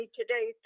today